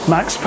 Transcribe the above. Max